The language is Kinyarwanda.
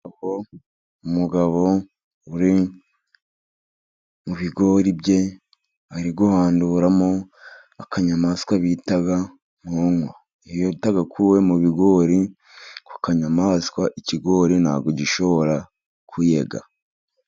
Umugabo uri mu bigori bye， ari guhanduramo akanyamaswa bita nkongwa. Iyo utagakuye mu bigori ako kanyamaswa，ikigori ntabwo gishobora kuyaga.